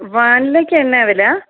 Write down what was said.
വാനിലയ്ക്ക് എന്നാ വില